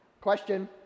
question